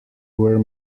were